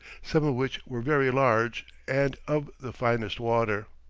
some of which were very large, and of the finest water.